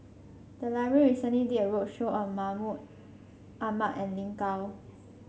the library recently did a roadshow on Mahmud Ahmad and Lin Gao